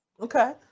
Okay